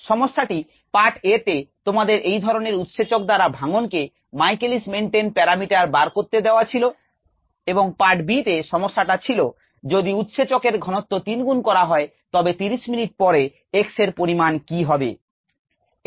সমস্যাটির part a তে তোমাদের এই ধরনের উৎসেচক দ্বারা ভাঙ্গন কে Michaelis Menten প্যারামিটার বার করতে দেওয়া হয়ে ছিল এবং পার্ট b তে সমস্যাটা ছিল যদি উৎসেচক এর ঘনত্ব তিনগুণ করা হয় তবে 30 মিনিট পরে X এর পারিমান কি হবে